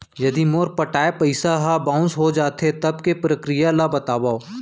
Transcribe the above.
यदि मोर पटाय पइसा ह बाउंस हो जाथे, तब के प्रक्रिया ला बतावव